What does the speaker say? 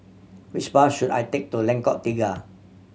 which bus should I take to Lengkok Tiga